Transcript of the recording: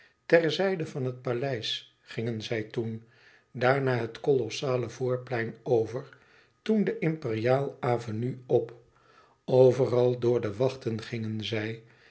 terzijde van het paleis gingen zij toen daarna het kolossale voorplein over toen de imperiaal avenue op overal door de wachten gingen zij